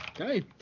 Okay